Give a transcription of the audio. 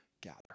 gather